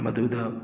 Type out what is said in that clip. ꯃꯗꯨꯗ